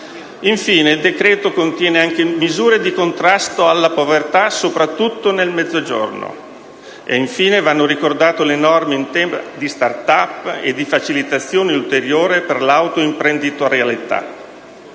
Inoltre, il decreto contiene anche misure di contrasto alla poverta, soprattutto nel Mezzogiorno. Vanno altresı ricordate le norme in tema di start up e di facilitazione ulteriore per l’autoimprenditorialita`.